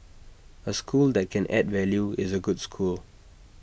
A school that can add value is A good school